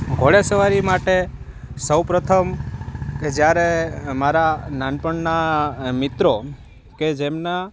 ઘોડે સવારી માટે સૌપ્રથમ કે જ્યારે મારા નાનપણના મિત્રો કે જેમના